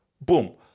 boom